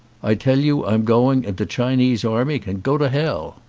i tell you i'm going and de chinese army can go to hell.